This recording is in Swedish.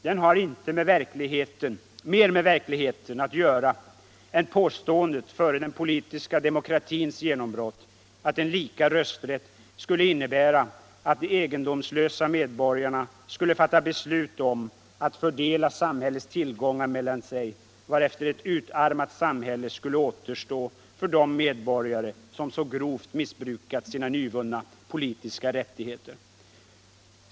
Den har inte mer med verkligheten att göra än påståendet före den politiska demokratins genombrott att en lika rösträtt skulle innebära att de egendomslösa medborgarna skulle fatta beslut om att fördela samhällets tillgångar mellan sig varefter ett utarmat samhälle skulle återstå för de medborgare som så grovt missbrukat sina nyvunna politiska rättigheter.